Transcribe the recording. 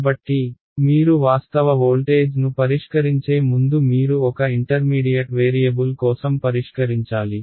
కాబట్టి మీరు వాస్తవ వోల్టేజ్ను పరిష్కరించే ముందు మీరు ఒక ఇంటర్మీడియట్ వేరియబుల్ కోసం పరిష్కరించాలి